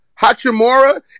Hachimura